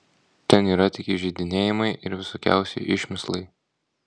ten yra tik įžeidinėjimai ir visokiausi išmislai